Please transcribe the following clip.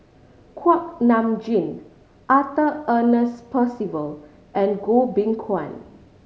Kuak Nam Jin Arthur Ernest Percival and Goh Beng Kwan